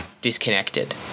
disconnected